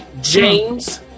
James